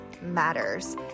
matters